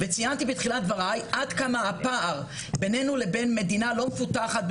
ציינתי בתחילת דבריי עד כמה הפער בינינו לבין מדינה "לא מפותחת",